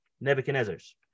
Nebuchadnezzar's